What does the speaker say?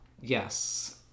yes